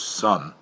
son